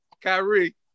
Kyrie